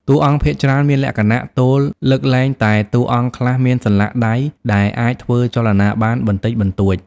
តួអង្គភាគច្រើនមានលក្ខណៈ ទោលលើកលែងតែតួអង្គខ្លះមានសន្លាក់ដៃដែលអាចធ្វើចលនាបានបន្តិចបន្តួច។